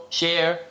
share